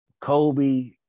Kobe